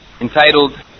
entitled